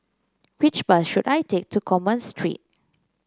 which bus should I take to Commerce Street